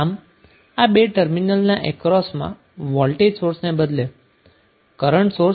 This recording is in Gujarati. આમ આ 2 ટર્મિનલના અક્રોસમાં વોલ્ટજ સોર્સને બદલે કરન્ટ સોર્સ લાગુ કરી શકો છો